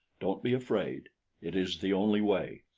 don't be afraid it is the only way.